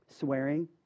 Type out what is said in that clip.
Swearing